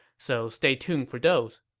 so stay tuned for those.